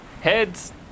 heads